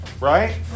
right